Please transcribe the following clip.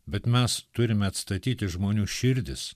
bet mes turime atstatyti žmonių širdis